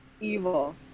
evil